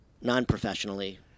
non-professionally